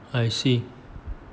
I see